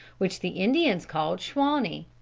which the indians called shawnee,